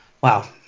wow